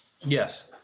Yes